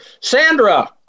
Sandra